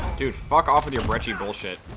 dude fuck off with your brunchy bullshit